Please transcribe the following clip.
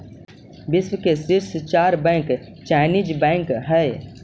विश्व के शीर्ष चार बैंक चाइनीस बैंक हइ